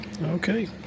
Okay